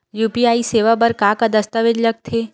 UPI सेवा बर का का दस्तावेज लगथे?